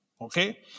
Okay